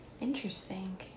Interesting